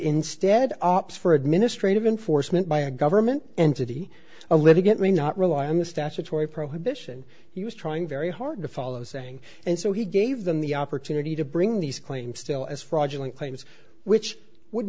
instead opt for administrative enforcement by a government entity a litigant may not rely on the statutory prohibition he was trying very hard to follow saying and so he gave them the opportunity to bring these claims still as fraudulent claims which would